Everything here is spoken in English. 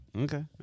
Okay